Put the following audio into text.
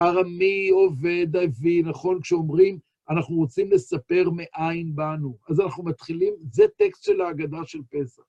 ארמי עובד אבי, נכון? כשאומרים, אנחנו רוצים לספר מאין באנו. אז אנחנו מתחילים, זה טקסט של האגדה של פסח.